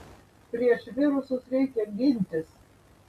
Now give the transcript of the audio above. prieš virusus reikia gintis